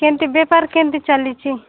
କେମିତି ବେପାର କେମିତି ଚାଲିଛି